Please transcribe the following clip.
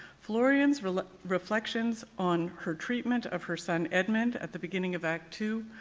florian's reflections on her treatment of her son edmund at the beginning of act two,